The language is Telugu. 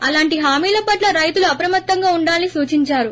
అలాంటి హామీల పట్ల రైతులు అప్రమత్తంగా ఉండాలని సూచించారు